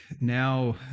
now